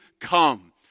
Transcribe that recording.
come